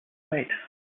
wait